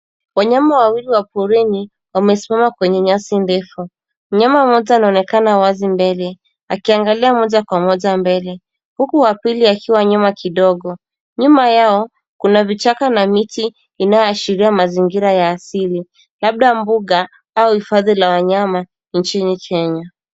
wanyama wawili wa porini wamesimama kwenye nyasi ndefu. Myama mmoja anaonekana wazi mbele akiangalia moja kwa moja mbele huku wa pili akiwa nyuma kidogo. Nyuma yao kuna vichaka na miti inayoashiria mazingira ya asili labda mbuga au hifadhi la wanyama nchini Kenya.